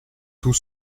tout